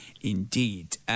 indeed